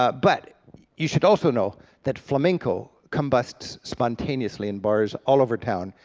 ah but you should also know that flamenco combusts spontaneously in bars all over town,